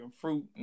fruit